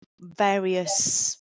various